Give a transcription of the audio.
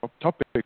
topic